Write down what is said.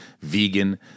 vegan